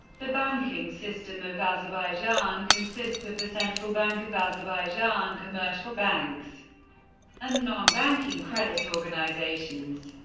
the banking system of azerbaijan consists of the central bank of azerbaijan, commercial banks and non-banking credit organizations.